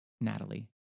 Natalie